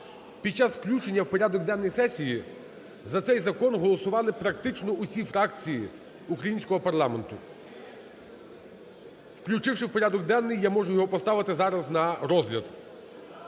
Під час включення в порядок денний сесії за цей закон голосували практично усі фракції українського парламенту. Включивши в порядок денний, я можу його поставити зараз на розгляд.